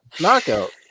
knockout